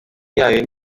yayo